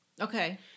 Okay